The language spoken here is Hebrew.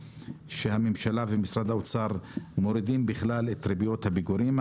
שהממשלה ומשרד האוצר מורידים בכלל את ריביות הפיגורים.